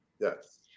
Yes